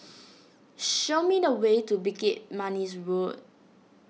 show me the way to Bukit Manis Road